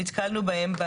שנתקלנו בהן.